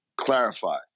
clarify